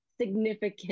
significant